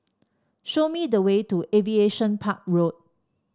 show me the way to Aviation Park Road